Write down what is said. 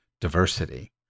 diversity